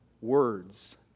words